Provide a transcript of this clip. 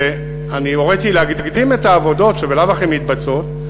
אני הוריתי להקדים את העבודות שבלאו הכי מתבצעות.